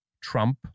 trump